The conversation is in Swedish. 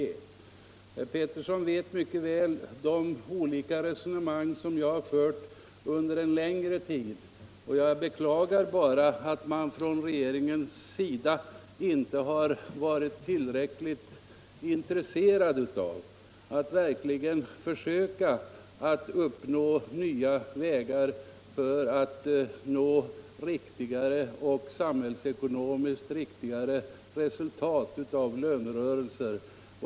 Herr Pettersson vet mycket väl vilka olika resonemang jag har fört under en längre tid. Jag beklagar bara att regeringen inte har varit till räckligt intresserad av att verkligen försöka finna nya vägar för att nå samhällsekonomiskt riktigare resultat av lönerörelser.